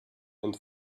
and